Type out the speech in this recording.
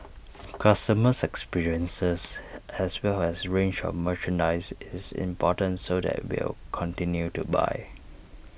customers experiences as well as range of merchandise is important so that will continue to buy